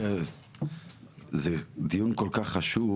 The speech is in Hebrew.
דרך אגב, זה דיון כל כך חשוב,